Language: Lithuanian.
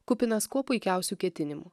kupinas kuo puikiausių ketinimų